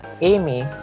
Amy